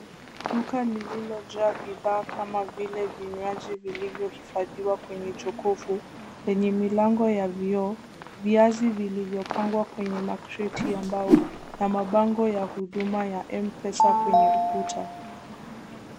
Duka lililojaa bidhaa kama vile vinywaji vilivyohifadhiwa kwenye jokovu lenye milango ya vioo, viazi vilivyopangwa kwenye makreti ya mbao na mabango ya huduma ya M-Pesa kwenye ukuta.